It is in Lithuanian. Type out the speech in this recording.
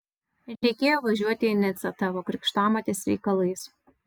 reikėjo važiuoti į nicą tavo krikštamotės reikalais